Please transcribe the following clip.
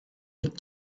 with